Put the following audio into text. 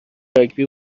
راگبی